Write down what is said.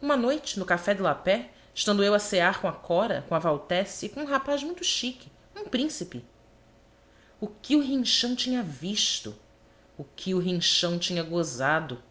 uma noite no café de la paix estando eu a cear com a cora com a valtesse e com um rapaz muito chic um príncipe o que o rinchão tinha visto o que o rinchão tinha gozado